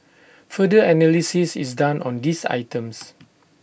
further analysis is done on these items